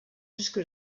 jusque